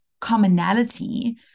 commonality